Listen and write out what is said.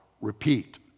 repeat